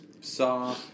saw